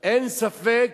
אין ספק